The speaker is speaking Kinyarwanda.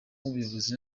nk’ubuyobozi